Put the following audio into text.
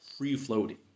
free-floating